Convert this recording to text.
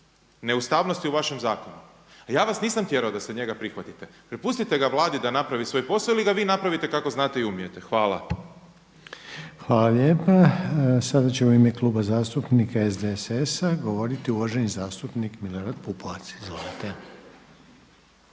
neustavnosti u vašem zakonu. A ja vas nisam tjerao da se njega prihvatite. Prepustite ga Vladi da napravi svoj posao ili ga vi napravite kako ga znate i umijete. Hvala. **Reiner, Željko (HDZ)** Hvala lijepa. Sada će u ime Kluba zastupnika SDSS-a govoriti uvaženi zastupnik Milorad Pupovac.